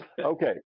okay